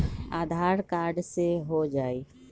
आधार card से हो जाइ?